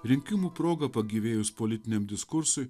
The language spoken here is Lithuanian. rinkimų proga pagyvėjus politiniam diskursui